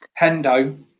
Hendo